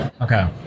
Okay